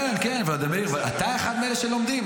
כן, כן, ולדימיר, אתה אחד מאלה שלומדים.